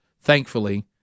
thankfully